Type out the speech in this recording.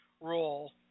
role